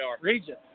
region